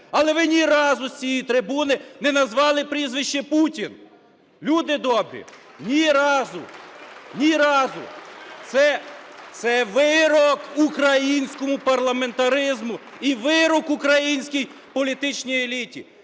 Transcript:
але ви ні разу з цієї трибуни не назвали прізвище Путін! Люди добрі, ні разу! (Оплески) Ні разу! Це вирок українському парламентаризму і вирок українській політичній еліті!